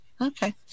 okay